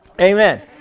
Amen